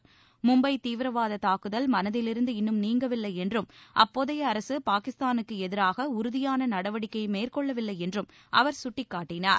ழும்பை தீவிரவாத தாக்குதல் மனதிலிருந்து இன்னும் நீங்கவில்லை என்றும் அப்போதைய அரசு பாகிஸ்தானுக்கு எதிராக உறுதியான நடவடிக்கை மேற்கொள்ளவில்லை என்றும் அவர் சுட்டிக்காட்டினார்